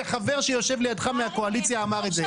זה חבר שיושב לידך מהקואליציה שאמר את זה.